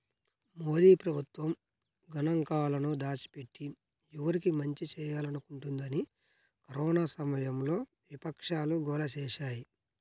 మోదీ ప్రభుత్వం గణాంకాలను దాచిపెట్టి, ఎవరికి మంచి చేయాలనుకుంటోందని కరోనా సమయంలో విపక్షాలు గోల చేశాయి